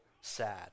sad